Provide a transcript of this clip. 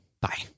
Bye